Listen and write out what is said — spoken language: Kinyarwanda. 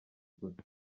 gusa